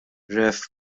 rev